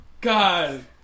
God